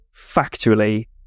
factually